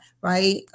right